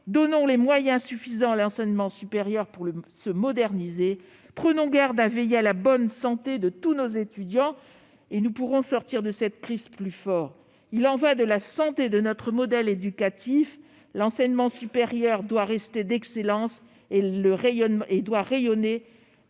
Donnons les moyens suffisants à l'enseignement supérieur de se moderniser, prenons garde à veiller à la bonne santé de tous nos étudiants, et nous pourrons sortir de cette crise plus forts ! Il y va de la bonne santé de notre modèle éducatif. L'enseignement supérieur doit rester d'excellence afin de garantir